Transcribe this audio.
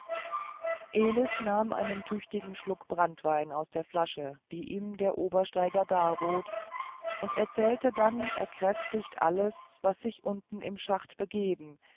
elis nahm einen tüchtigen schluck branntwein aus der flasche die ihm der obersteiger darbot und erzählte dann erkräftigt alles was sich unten im schacht begeben